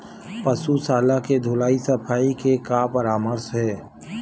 पशु शाला के धुलाई सफाई के का परामर्श हे?